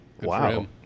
Wow